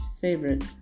favorite